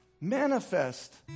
manifest